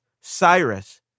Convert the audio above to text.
Cyrus